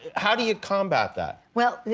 how do you combat that? well,